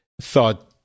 thought